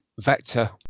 Vector